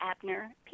Abner